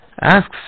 asks